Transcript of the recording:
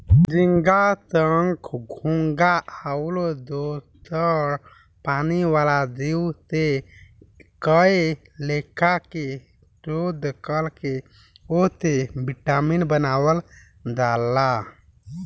झींगा, संख, घोघा आउर दोसर पानी वाला जीव से कए लेखा के शोध कर के ओसे विटामिन बनावल जाला